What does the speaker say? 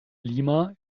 lima